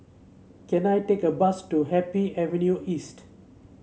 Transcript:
can I take a bus to Happy Avenue East